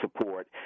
support